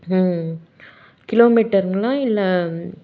ம் கிலோ மீட்டருங்களா இல்லை